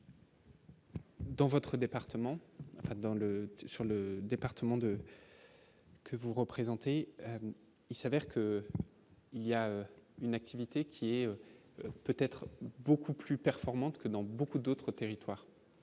Dans votre département dans le sur le département de que vous représentez, il s'avère que, il y a une activité qui est peut-être beaucoup plus performante que dans beaucoup d'autres territoires,